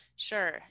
Sure